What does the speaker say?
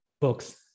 books